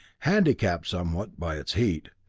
handicapped somewhat by its heat.